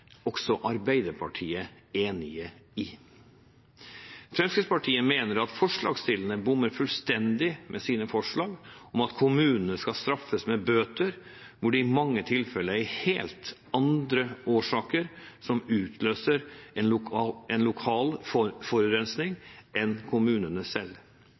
også Arbeiderpartiet enig i. Fremskrittspartiet mener at forslagsstillerne bommer fullstendig med sine forslag om at kommunene skal straffes med bøter når det i mange tilfeller er helt andre årsaker som utløser en lokal forurensning enn kommunene selv.